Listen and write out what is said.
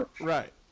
Right